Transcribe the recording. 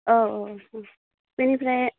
औ औ बेनिफ्राय